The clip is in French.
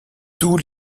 tout